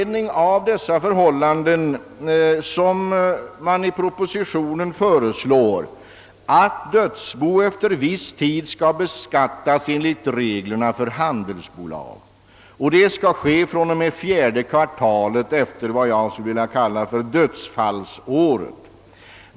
Det är av denna anledning man i Propositionen föreslår att dödsbo efter viss tid skall beskattas enligt reglerna för handelsbolag: detta skall ske från och med fjärde kvartalet efter vad jag skulle vilja kalla dödsfallsåret.